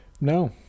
No